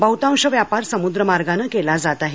बहुतांश व्यापार समुद्र मार्गाने केला जात आहे